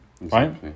right